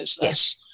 Yes